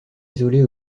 isolé